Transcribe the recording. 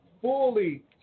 fully